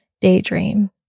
daydream